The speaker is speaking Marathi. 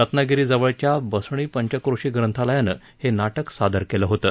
रत्नागिरीजवळच्या बसणी पंचक्रोशी प्रथालयानं हे नाटक सादर केलं होतं